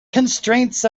constraints